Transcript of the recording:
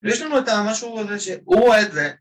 ‫יש לנו את המשהו הזה. ‫-ואת זה.